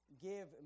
give